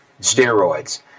steroids